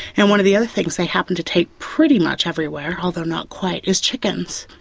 and one of the other things they happened to take pretty much everywhere, although not quite, is chickens.